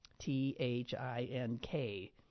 T-H-I-N-K